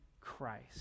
Christ